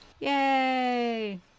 Yay